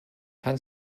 fan